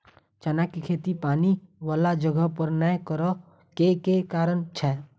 चना केँ खेती पानि वला जगह पर नै करऽ केँ के कारण छै?